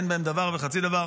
אין בהם דבר וחצי דבר.